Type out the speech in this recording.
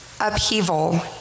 upheaval